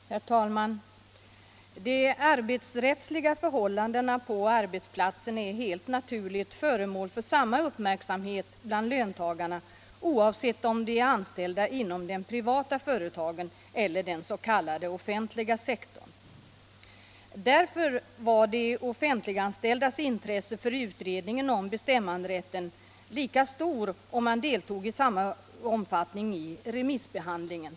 Herr talman! De arbetsrättsliga förhållandena på arbetsplatsen är helt naturligt föremål för samma uppmärksamhet bland löntagarna oavsett om de är anställda inom de privata företagen eller den s.k. offentliga sektorn. Därför var de offentliganställdas intresse för utredningen om medbestämmanderätten lika stort som de privatanställdas, och man deltog i samma omfattning i remissbehandlingen.